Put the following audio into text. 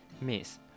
Miss